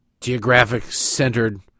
geographic-centered